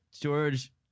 George